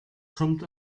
kommt